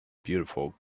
beautiful